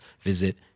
visit